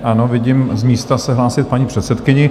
Ano, vidím z místa se hlásit paní předsedkyni.